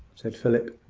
said philip.